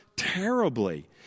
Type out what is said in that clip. terribly